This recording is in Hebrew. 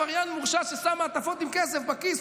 עבריין מורשע ששם מעטפות עם כסף בכיס.